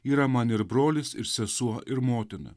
yra man ir brolis ir sesuo ir motina